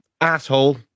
asshole